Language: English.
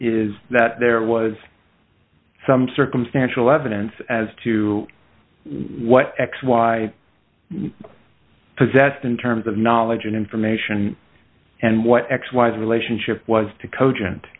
is that there was some circumstantial evidence as to what x y possessed in terms of knowledge and information and what x y z relationship was to co